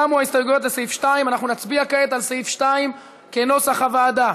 תמו ההסתייגויות לסעיף 2. אנחנו נצביע כעת על סעיף 2 כנוסח הוועדה.